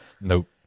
Nope